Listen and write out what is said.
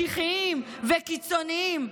משיחיים וקיצוניים.